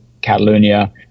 Catalonia